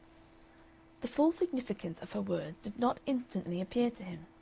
the full significance of her words did not instantly appear to him.